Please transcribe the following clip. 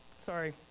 sorry